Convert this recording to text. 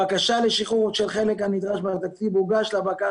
הבקשה לשחרור של החלק הנדרש בתקציב הוגשה לבקר